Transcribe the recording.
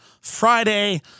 Friday